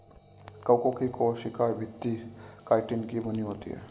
कवकों की कोशिका भित्ति काइटिन की बनी होती है